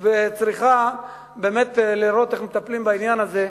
את צריכה לראות איך מטפלים בעניין הזה.